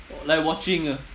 like watching ah